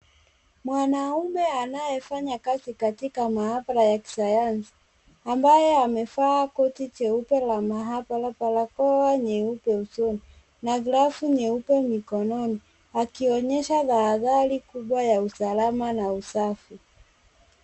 Mwanaume anayefanya kazi katika maabara ya kisayansi, ambaye amevaa koti jeupe la maabara, barakoa nyeupe usoni, glavu nyeupe mkononi, akionyesha tahadhari kubwa ya usalama na usafi.